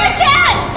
chad?